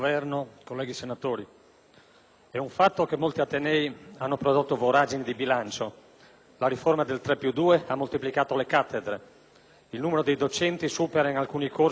è un fatto che molti atenei hanno prodotto voragini di bilancio. La riforma del cosiddetto "3+2" ha moltiplicato le cattedre: il numero dei docenti supera in alcuni corsi il numero degli studenti iscritti,